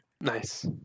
Nice